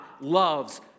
loves